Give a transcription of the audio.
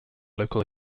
local